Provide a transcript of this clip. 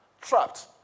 trapped